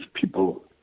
People